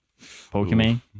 Pokemon